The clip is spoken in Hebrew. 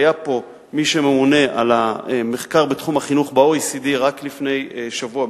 היה פה מי שממונה על המחקר בתחום החינוך ב-OECD רק לפני שבוע,